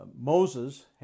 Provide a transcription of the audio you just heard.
Moses